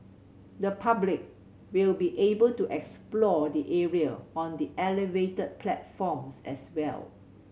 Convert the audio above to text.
the public will be able to explore the area on elevated platforms as well